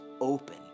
open